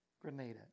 Grenada